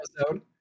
episode